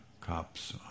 cops